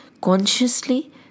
consciously